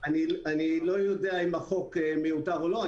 אני לא יודע אם החוק מיותר או לא.